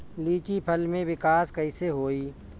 लीची फल में विकास कइसे होई?